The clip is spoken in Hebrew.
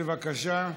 בבקשה.